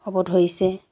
হ'ব ধৰিছে